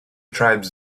tribes